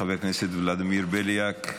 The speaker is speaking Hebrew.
חבר הכנסת ולדימיר בליאק.